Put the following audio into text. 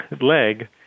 leg